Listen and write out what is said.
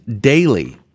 daily